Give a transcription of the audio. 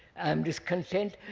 i am discontent